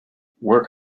work